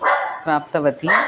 प्राप्तवती